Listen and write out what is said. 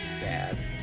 Bad